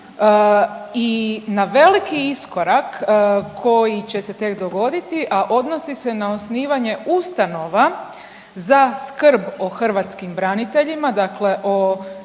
i na veliki iskorak koji će se tek dogoditi a odnosi se na osnivanje ustanova za skrb o hrvatskim braniteljima dakle o